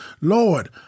Lord